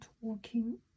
working